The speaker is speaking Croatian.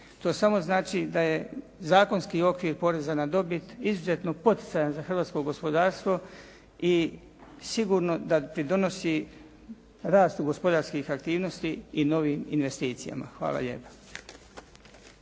To samo znači da je zakonski okvir poreza na dobit izuzetno poticajan za hrvatsko gospodarstvo i sigurno da pridonosi rastu gospodarskih aktivnosti i novim investicijama. Hvala lijepa.